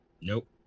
Nope